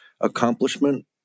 accomplishment